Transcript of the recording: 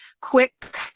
quick